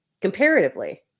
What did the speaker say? Comparatively